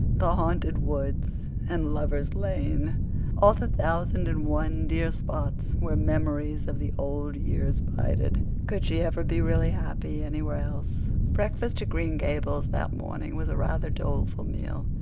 the haunted woods, and lover's lane all the thousand and one dear spots where memories of the old years bided. could she ever be really happy anywhere else? breakfast at green gables that morning was a rather doleful meal.